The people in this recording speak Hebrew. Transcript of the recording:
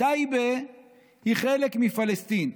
טייבה היא חלק מפלסטין.